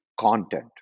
content